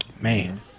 Man